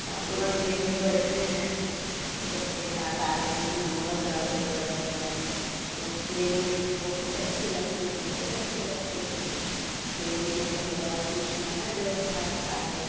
हम लोगन ट्रेन में बैठते हैं जब ट्रेन आता है मुगलसराय से बैठते हैं तो ट्रेन में बहुत अच्छे लगते हैं बहुत अच्छे लगते हैं ट्रेन में का बोला ला कि उसमें हर व्यवस्था रहता है